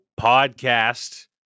Podcast